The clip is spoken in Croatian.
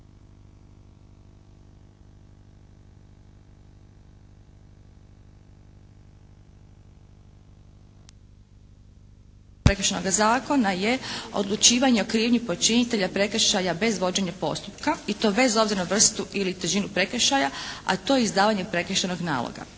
Prekršajnoga zakona je odlučivanje o krivnji počinitelja prekršaja bez vođenja postupka i to bez obzira na vrstu ili težinu prekršaja, a to je izdavanje prekršajnog naloga.